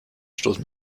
stoßen